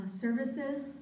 services